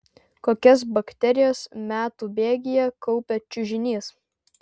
kokias bakterijas metų bėgyje kaupia čiužinys